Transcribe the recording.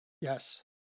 yes